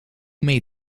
mee